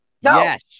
Yes